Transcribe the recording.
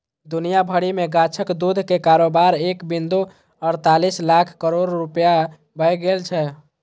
दुनिया भरि मे गाछक दूध के कारोबार एक बिंदु अड़तालीस लाख करोड़ रुपैया भए गेल छै